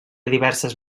diverses